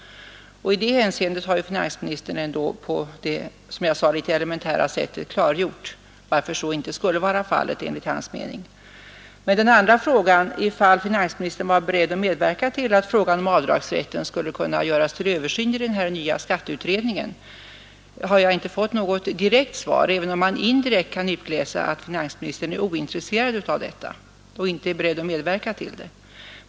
I det hänseendet har finansministern på det, som jag sade, litet elementära sättet klargjort varför så inte skulle vara fallet enligt hans mening. För det andra hade jag frågat om finansministern var beredd att medverka till att frågan om avdragsrätten skulle kunna ses över i den nya skatteutredningen. På den frågan har jag inte fått något direkt svar, även om man indirekt kan utläsa att finansministern är ointresserad härav och inte är beredd att medverka till det.